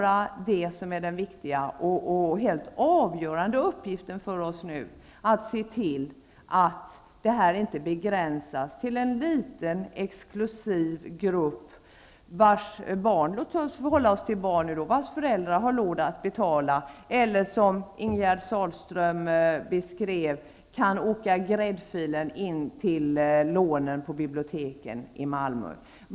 Den viktiga och helt avgörande uppgiften för oss borde vara att se till att kulturen inte begränsas till en liten exklusiv grupp, vars föräldrar har råd att betala -- eller som Ingegärd Sahlström beskrev det: kan åka gräddfilen in till boklånedisken på biblioteken i Malmö.